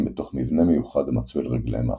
בתוך מבנה מיוחד המצוי על רגליהם האחוריות.